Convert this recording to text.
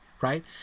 right